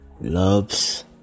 loves